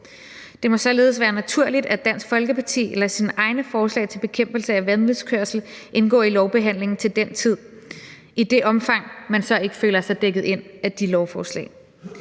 Det må således være naturligt, at Dansk Folkeparti lader sine egne forslag til bekæmpelse af vanvidskørsel indgå i lovbehandlingen til den tid, i det omfang man så ikke føler sig dækket ind af de lovforslag.